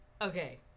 Okay